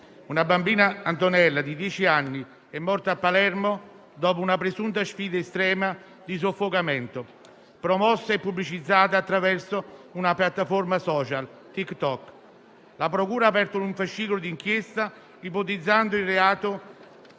una bambina di dieci anni è morta a Palermo dopo una presunta sfida estrema di soffocamento, promossa e pubblicizzata attraverso la piattaforma *social* TikTok. La procura ha aperto un fascicolo d'inchiesta, ipotizzando il reato